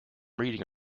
reading